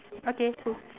okay cool